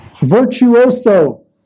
Virtuoso